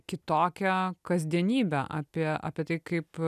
kitokią kasdienybę apie apie tai kaip